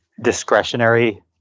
discretionary